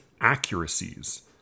accuracies